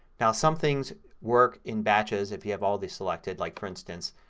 now somethings work in batches if you have all these selected. like for instance,